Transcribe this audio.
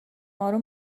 آروم